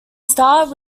start